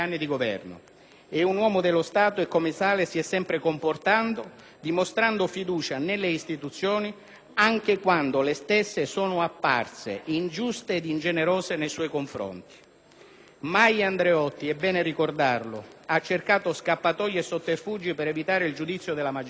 È un uomo dello Stato e, come tale, si è sempre comportato, dimostrando fiducia nelle istituzioni, anche quando le stesse sono apparse ingiuste e ingenerose nei suoi confronti. Mai Andreotti - è bene ricordarlo - ha cercato scappatoie e sotterfugi per evitare il giudizio della magistratura,